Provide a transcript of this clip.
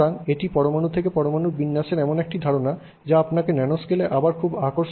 সুতরাং এটি পরমাণু থেকে পরমাণুর বিন্যাসের এমন একটি ধারণা যা আপনাকে ন্যানোস্কেলে আবার খুব আকর্ষণীয় উপায়ে সহায়তা করবে